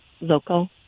local